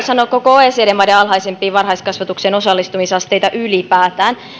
sanoa koko oecd maiden alhaisimpia varhaiskasvatuksen osallistumisasteita ylipäätään